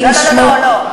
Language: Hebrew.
לא, לא, לא.